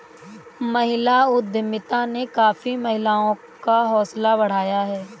महिला उद्यमिता ने काफी महिलाओं का हौसला बढ़ाया है